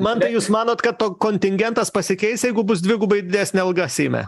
mantai jūs manot kad tok kontingentas pasikeis jeigu bus dvigubai didesnė alga seime